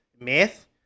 myth